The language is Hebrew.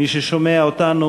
מי ששומע אותנו,